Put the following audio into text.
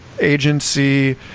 agency